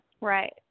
Right